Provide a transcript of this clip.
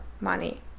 money